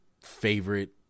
favorite